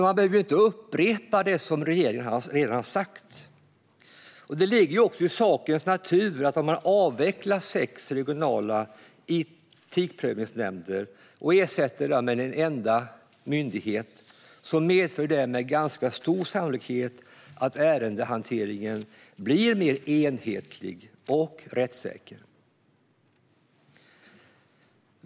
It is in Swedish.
Man behöver inte upprepa det som regeringen redan har sagt. Om man avvecklar sex regionala etikprövningsnämnder och ersätter dem med en enda myndighet medför det med ganska stor sannolikhet att ärendehanteringen blir mer enhetlig och rättssäker. Det ligger i sakens natur.